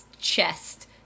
chest